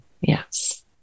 Yes